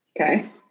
Okay